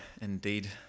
indeed